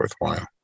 worthwhile